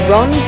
Ron